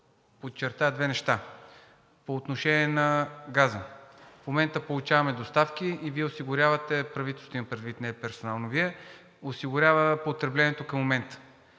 подчертая две неща. По отношение на газа. В момента получаваме доставки и Вие осигурявате – правителството имам предвид, не персонално Вие, осигурява потреблението към момента.